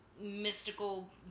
mystical